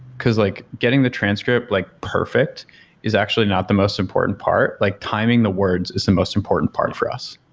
because like getting the transcript like perfect is actually not the most important part. like timing the words is the most important part for us.